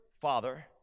father